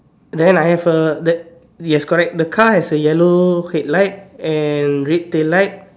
then I have a that yes correct the car has a yellow head light and red tail light